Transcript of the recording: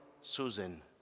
Susan